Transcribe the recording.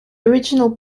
original